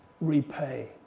repay